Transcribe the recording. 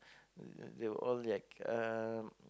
they were all like um